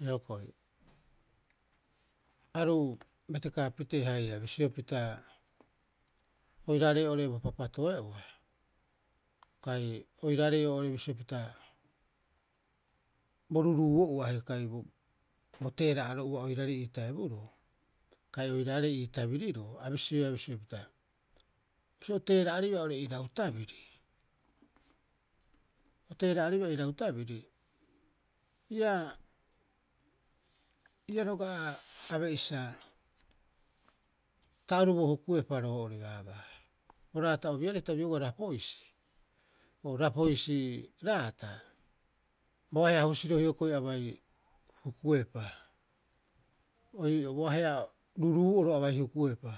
Hioko'i aru betekaa pitee haia bisio pita, oirarei oo'ore bo papato'e'ua kai oiraarei oo'ore bisio pita bo ruruu'o'ua kai bo teera'aro'oa oiraarei ii taiburoo kai oiraarei ii tabiriroo. A bisioea bisio pita, bisio o teera'aribaa oo'ore irau tabiri o teera'aribaa irau tabiri, ia ia roga'a abe'isa ta oruboo kukuepa roo'ore baabaa. O boraata'obiarei hita biogaa rapoisi, rapoisi raata bo ahe'a husiro hioko'i abai hukuepa, o ii'oo, bo ahe'a ruruu'oro abai hukuepa